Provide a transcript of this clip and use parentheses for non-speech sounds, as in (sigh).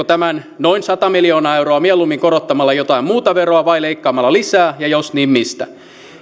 (unintelligible) tämän noin sata miljoonaa euroa mieluummin korottamalla jotain muuta veroa vai leikkaamalla lisää ja jos niin mistä